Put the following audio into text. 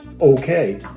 Okay